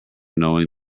knowing